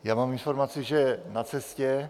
Já mám informaci, že je na cestě.